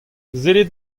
sellit